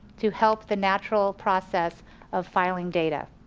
to help the natural process of filing data.